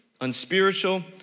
unspiritual